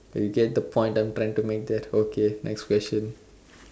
you get the point I am trying to make there okay next question